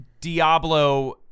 Diablo